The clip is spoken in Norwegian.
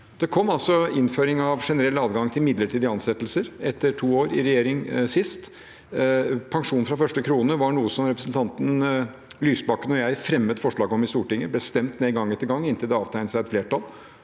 Det kom innføring av generell adgang til midlertidige ansettelser etter to år med forrige regjering. Pensjon fra første krone var noe som representanten Lysbakken og jeg fremmet forslag om i Stortinget. Det ble stemt ned gang etter gang inntil det avtegnet seg et flertall